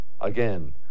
Again